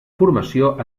formació